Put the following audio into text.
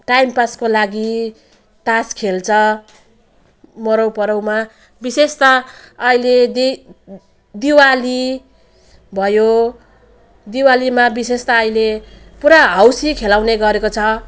time पासको लागि तास खेल्छ मरौपरौमा विशेष त अहिले दे दिवाली भयो दिवालीमा विशेष त अहिले पुरा हौसी खेलाउने गरेको छ